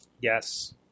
Yes